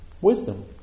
Wisdom